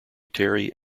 terry